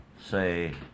say